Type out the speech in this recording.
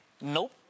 nope